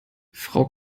frau